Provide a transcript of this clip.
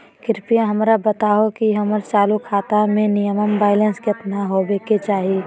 कृपया हमरा बताहो कि हमर चालू खाता मे मिनिमम बैलेंस केतना होबे के चाही